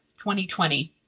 2020